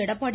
Edappadi